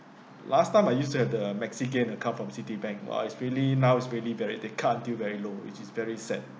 last time I used to have the maxigain account from Citibank !wah! it's really now it's really very they cut until very low which is very sad